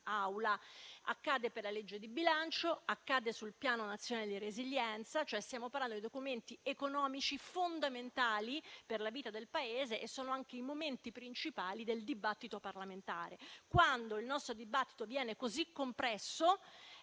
Accade per la legge di bilancio e per il Piano nazionale di resilienza: stiamo parlando di documenti economici fondamentali per la vita del Paese, che rappresentano anche i momenti principali del dibattito parlamentare. Quando il nostro dibattito viene così compresso,